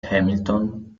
hamilton